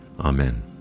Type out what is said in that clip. Amen